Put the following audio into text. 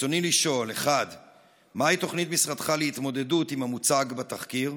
רצוני לשאול: 1. מהי תוכנית משרדך להתמודדות עם המוצג בתחקיר?